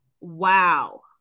Wow